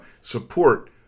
Support